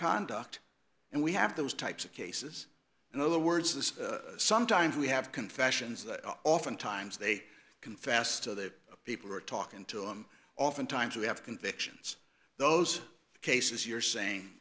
conduct and we have those types of cases in other words this sometimes we have confessions that oftentimes they confess to the people who are talking to him oftentimes you have convictions those cases you're saying